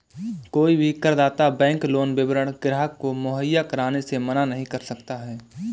कोई भी करदाता बैंक लोन विवरण ग्राहक को मुहैया कराने से मना नहीं कर सकता है